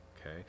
okay